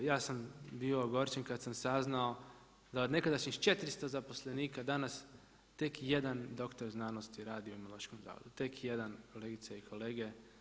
Ja sam bio ogorčen kada sam saznao da od nekadašnjih 400 zaposlenika danas tek jedan doktor znanosti radi u Imunološkom zavodu, tek jedan kolegice i kolege.